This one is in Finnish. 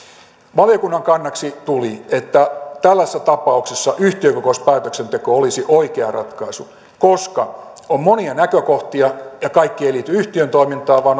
valiokunnan kannaksi tuli että tällaisessa tapauksessa yhtiökokouspäätöksenteko olisi oikea ratkaisu koska on monia näkökohtia ja kaikki ei liity yhtiön toimintaan vaan